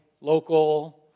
local